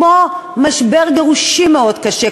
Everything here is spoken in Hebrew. כמו משבר גירושים מאוד קשה,